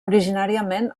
originàriament